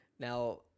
Now